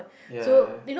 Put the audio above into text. ya